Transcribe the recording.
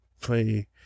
play